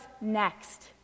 next